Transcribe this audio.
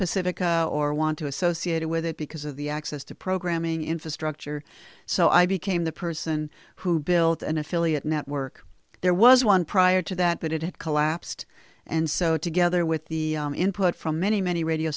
pacifica or want to associated with it because of the access to programming infrastructure so i became the person who built an affiliate network there was one prior to that but it had collapsed and so together with the input from many many radio